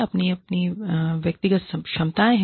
उनकी अपनी व्यक्तिगत क्षमताएं हैं